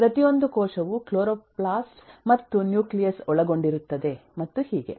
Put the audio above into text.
ಪ್ರತಿಯೊಂದು ಕೋಶವೂ ಕ್ಲೋರೊಪ್ಲಾಸ್ಟ್ ಮತ್ತು ನ್ಯೂಕ್ಲಿಯಸ್ ಒಳಗೊಂಡಿರುತ್ತದೆ ಮತ್ತು ಹೀಗೆ